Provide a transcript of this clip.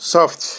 Soft